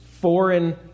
foreign